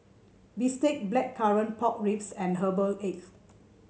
bistake Blackcurrant Pork Ribs and Herbal Egg